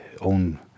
own